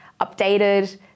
updated